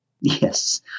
yes